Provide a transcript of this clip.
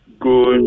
good